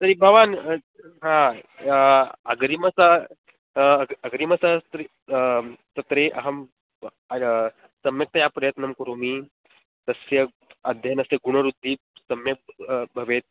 तर्हि भवान् हा अग्रिमे सा अग्रिमे सर्ति आं सत्रे अहम् अज सम्यक्तया प्रयत्नं करोमि तस्याः अध्ययनस्य गुणवृद्धिः सम्यक् भवेत्